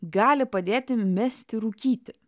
gali padėti mesti rūkyti